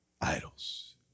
idols